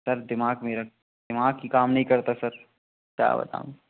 sir दिमाग़ मेरा दिमाग़ ही काम नहीं करता सर क्या बताऊँ